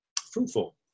fruitful